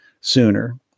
sooner